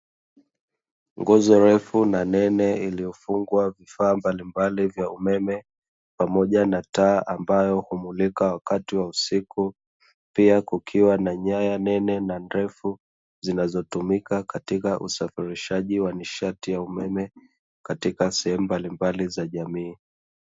Nguzo refu na nene iliyofungwa vifaa mbalimbali vya umeme pamoja na taa ambayo humulika wakati wa usiku, pia kukiwa na nyaya nene na ndefu zinazotumika katika usafirishaji wa nishati ya umeme katika sehemu mbalimbali za jamii.